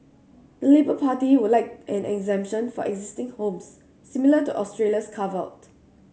the Labour Party would like an exemption for existing homes similar to Australia's carve out